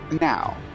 Now